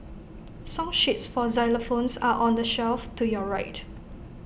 song sheets for xylophones are on the shelf to your right